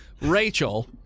Rachel